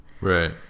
Right